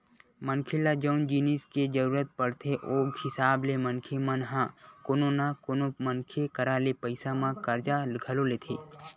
मनखे ल जउन जिनिस के जरुरत पड़थे ओ हिसाब ले मनखे मन ह कोनो न कोनो मनखे करा ले पइसा म करजा घलो लेथे